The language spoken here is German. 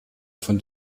von